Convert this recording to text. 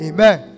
Amen